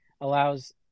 allows